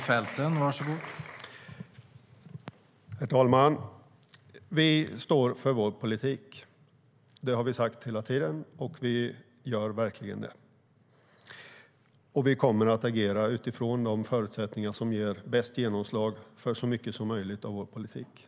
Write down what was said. Herr talman! Vi står för vår politik. Det har vi sagt hela tiden, och vi gör verkligen det. Vi kommer att agera utifrån förutsättningarna på det sätt som ger bäst genomslag för så mycket som möjligt av vår politik.